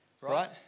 right